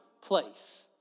place